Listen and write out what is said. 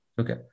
Okay